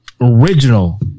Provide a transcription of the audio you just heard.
original